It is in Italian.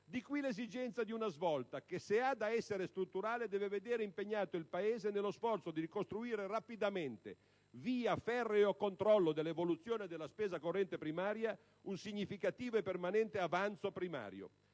Di qui l'esigenza di una svolta, che - se deve essere strutturale - deve vedere impegnato il Paese nello sforzo di ricostituire rapidamente - previo ferreo controllo dell'evoluzione della spesa corrente primaria - un significativo e permanente avanzo primario.